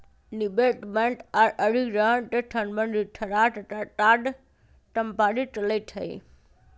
निवेश बैंक आऽ अधिग्रहण से संबंधित सलाह तथा काज संपादित करइ छै